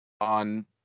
on